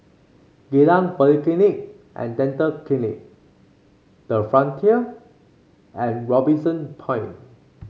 Geylang Polyclinic and Dental Clinic the Frontier and Robinson Point